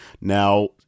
Now